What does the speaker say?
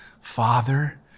father